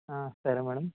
సరే మేడం